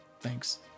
thanks